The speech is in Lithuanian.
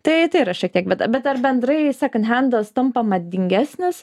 tai tai yra šiek tiek bet ar bendrai sekan hendas tampa madingesnis